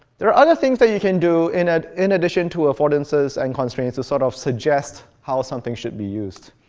there are other things that you can do in ah in addition to affordances and constraints that sort of suggest how something should be used.